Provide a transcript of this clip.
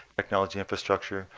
technology infrastructure.